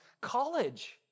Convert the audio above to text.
college